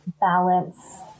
balance